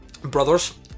brothers